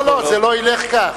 לא, לא, זה לא ילך כך.